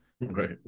Right